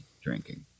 drinking